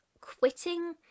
quitting